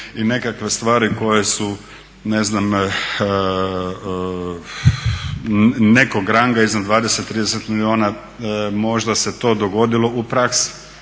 i nekakve stvari koje su ne znam nekog ranga iznad 20, 30 milijuna. Možda se to dogodilo u praksi